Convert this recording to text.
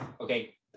Okay